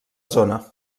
zona